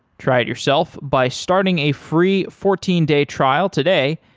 try it yourself by starting a free fourteen day trial today.